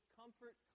comfort